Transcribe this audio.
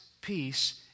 peace